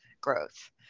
growth